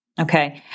Okay